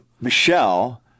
Michelle